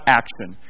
action